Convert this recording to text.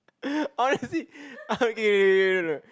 I want to see okay k k k no